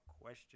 question